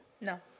No